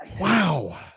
Wow